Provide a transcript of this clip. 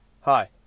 Hi